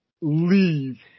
leave